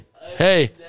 hey